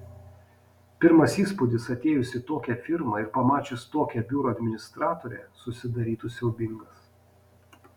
pirmas įspūdis atėjus į tokią firmą ir pamačius tokią biuro administratorę susidarytų siaubingas